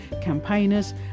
campaigners